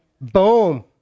Boom